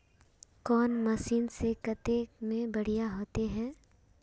कौन मशीन से कते में बढ़िया होते है?